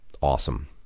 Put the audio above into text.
awesome